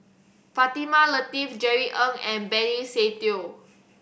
Fatimah Lateef Jerry Ng and Benny Se Teo